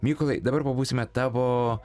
mykolai dabar pabūsime tavo